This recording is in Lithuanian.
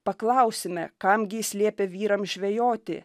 paklausime kam gi jis liepė vyrams žvejoti